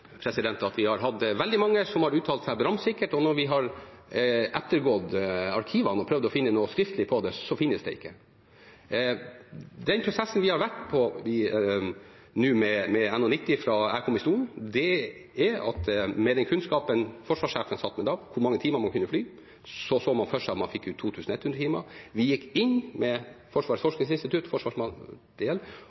at vi har hatt veldig mange som har uttalt seg bramsikkert, og når vi har ettergått arkivene og prøvd å finne noe skriftlig om det, finnes det ikke. Til den prosessen vi har hatt med NH90 fra jeg kom i statsrådsstolen: Med den kunnskapen forsvarssjefen satt med da om hvor mange timer man kunne fly, så man for seg at man ville få ut 2 100 timer. Vi gikk inn med Forsvarets forskningsinstitutt